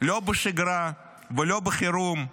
לא בשגרה ולא בחירום,